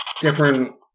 different